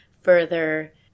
further